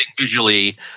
visually